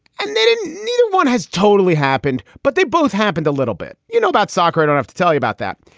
and they didn't mean one has totally happened, but they both happened a little bit. you know about soccer. i don't have to tell you about that.